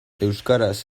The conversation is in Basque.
euskaraz